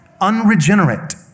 Unregenerate